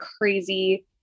crazy